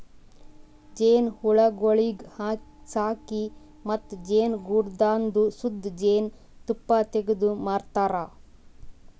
ಜೇನುಹುಳಗೊಳಿಗ್ ಸಾಕಿ ಮತ್ತ ಜೇನುಗೂಡದಾಂದು ಶುದ್ಧ ಜೇನ್ ತುಪ್ಪ ತೆಗ್ದು ಮಾರತಾರ್